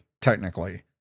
technically